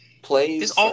plays